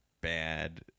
bad